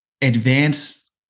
advanced